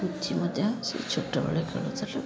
ପୁଚି ମଧ୍ୟ ସେଇ ଛୋଟବେଳେ ଖେଳୁଥିଲୁ